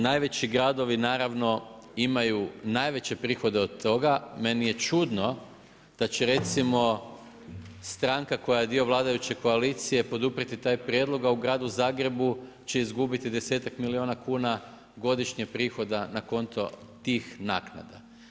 Najveći gradovi, naravno imaju najveće prihode od toga, meni je čudno da će recimo stranka koja je dio vladajuće koalicije poduprijeti taj prijedlog a u gradu Zagrebu će izgubiti desetak milijuna kuna godišnje prihoda na konto tih naknada.